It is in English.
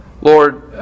Lord